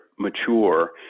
mature